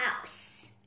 house